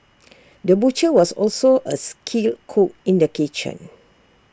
the butcher was also A skilled cook in the kitchen